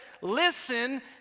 listen